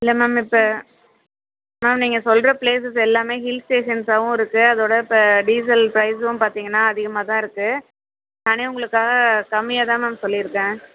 இல்லை மேம் இப்போ மேம் நீங்கள் சொல்கிற பிளேசஸ் எல்லாமே ஹில்ஸ் ஸ்டேஷன்ஸாவும் இருக்குது அதோடு இப்போ டீசல் பிரைஸும் பார்த்தீங்கன்னா அதிகமாக தான் இருக்குது நானே உங்களுக்காக கம்மியாக தான் மேம் சொல்லிருக்கேன்